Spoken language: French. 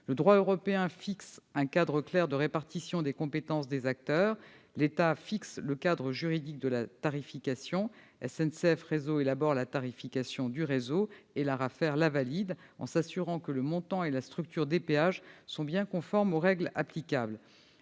Le droit européen fixe un cadre clair de répartition des compétences des acteurs : l'État définit le cadre juridique de la tarification, SNCF Réseau élabore la tarification du réseau, et l'ARAFER la valide, en s'assurant que le montant et la structure des péages sont bien conformes aux règles applicables.